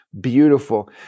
beautiful